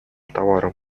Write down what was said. товаром